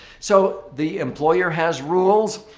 so, the employer has rules.